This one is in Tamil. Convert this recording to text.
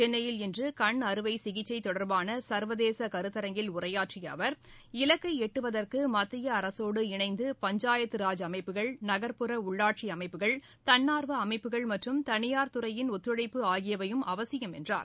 சென்னையில் இன்று கண் அறுவை சிகிச்சை தொடர்பான சர்வதேச கருத்தரங்கில் உரையாற்றிய அவர் இலக்கை எட்டுவதற்கு மத்திய அரசோடு இணைந்து பஞ்சாயத்தராஜ் அமைப்புகள் நகர்ப்புற உள்ளாட்சி அமைப்புகள் தன்னார்வ அமைப்புகள் மற்றும் தனியார் துறையின் ஒத்துழைப்பு ஆகியவையும் அவசியம் என்றார்